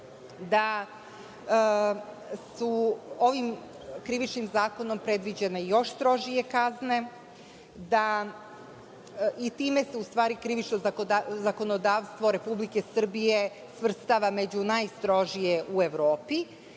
da su ovim Krivičnim zakonom predviđene još strožije kazne i time se krivično zakonodavstvo Republike Srbije svrstava među najstrožije u Evropi. Nova